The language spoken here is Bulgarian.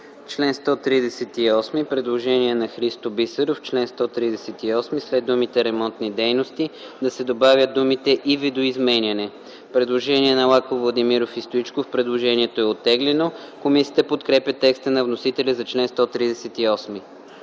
Член 138. Предложение на Христо Бисеров: „В чл. 138 след думите „ремонтни дейности” да се добавят думите „и видоизменяне”.” Предложение на Лаков, Владимиров и Стоичков. Предложението е оттеглено. Комисията подкрепя текста на вносителя за чл. 138.